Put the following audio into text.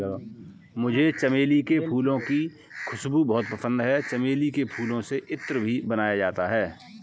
मुझे चमेली के फूलों की खुशबू बहुत पसंद है चमेली के फूलों से इत्र भी बनाया जाता है